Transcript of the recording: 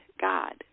God